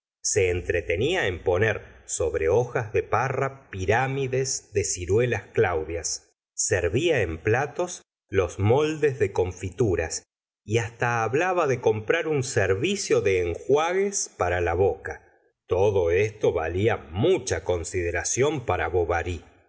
se entretenía en poner sobre hojas de parra pirámides de ciruelas claudias servía en platos los moldes de confituras y hasta hablaba de comprar un servicio de enjuagues para la boca todo esto valía mucha consideración para